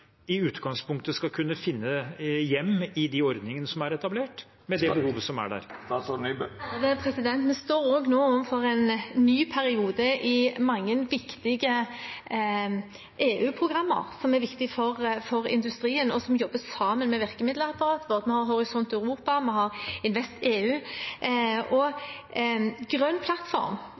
i utgangspunktet skal kunne finne hjem i de ordningene som er etablert, med det behovet som er der? Vi står nå overfor en ny periode i mange viktige EU-programmer, som er viktige for industrien, og som jobber sammen med virkemiddelapparatet. Vi har Horisont Europa, og vi har InvestEU. Grønn plattform